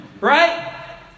Right